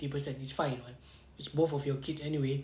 fifty percent is fine [what] it's both of your kid anyway